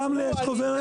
ברמלה יש חוברת,